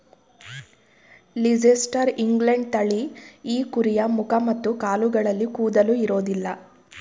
Leicester England ತಳಿ ಈ ಕುರಿಯ ಮುಖ ಮತ್ತು ಕಾಲುಗಳಲ್ಲಿ ಕೂದಲು ಇರೋದಿಲ್ಲ